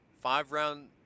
five-round